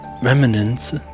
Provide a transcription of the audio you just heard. remnants